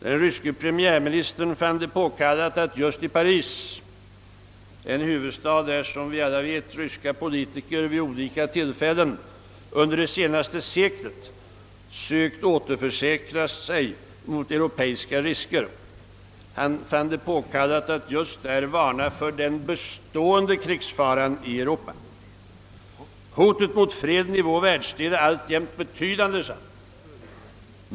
Den ryske premiärministern fann det påkallat att just i Paris, den huvudstad där som vi alla vet ryska politiker vid olika tillfällen under det senaste seklet sökt återförsäkra sig mot europeiska risker, varna för den bestående krigsfaran i Europa. Hotet mot freden i vår världsdel är alltjämt betydande, sade han.